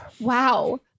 Wow